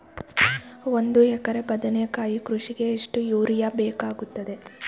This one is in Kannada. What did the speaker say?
ಒಂದು ಎಕರೆ ಬದನೆಕಾಯಿ ಕೃಷಿಗೆ ಎಷ್ಟು ಯೂರಿಯಾ ಬೇಕಾಗುತ್ತದೆ?